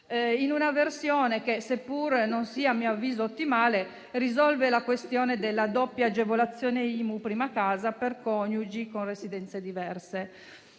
in una versione che - seppure non sia a mio avviso ottimale - risolve la questione della doppia agevolazione IMU sulla prima casa per i coniugi con residenze diverse.